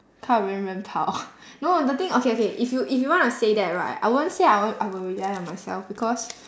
靠人人跑 no the thing okay okay if you if you wanna say that right I won't say I won't I will rely on myself because